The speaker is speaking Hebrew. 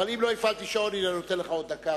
אבל אם לא הפעלתי שעון אני נותן לך עוד דקה,